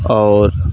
आओर